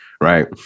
right